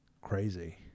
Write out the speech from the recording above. crazy